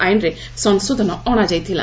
ଆଇନରେ ସଂଶୋଧନ ଅଣାଯାଇଥିଲା